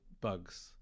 bugs